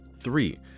Three